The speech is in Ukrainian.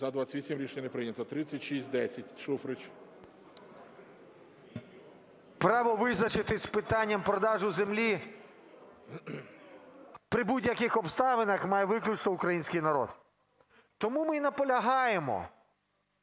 За-28 Рішення не прийнято. 3610, Шуфрич. 21:22:59 ШУФРИЧ Н.І. Право визначитись з питанням продажу землі при будь-яких обставинах має виключно український народ. Тому ми і наполягаємо,